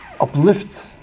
uplift